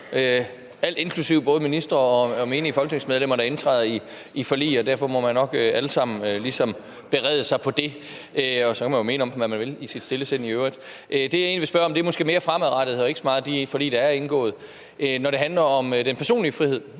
alt inklusive, altså både ministre og menige folketingsmedlemmer, der indtræder i forlig. Derfor må man nok alle sammen ligesom berede sig på det, og så kan man jo i sit stille sind i øvrigt mene om dem, hvad man vil. Det, jeg egentlig vil spørge om, er måske mere fremadrettet og angår måske ikke så meget de forlig, der er indgået. Når det handler om den personlige frihed,